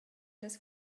las